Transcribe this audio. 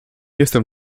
jestem